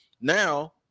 now